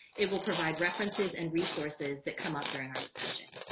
it will provide references and resources that come up during our discussion.